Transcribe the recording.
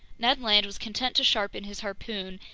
ned land was content to sharpen his harpoon,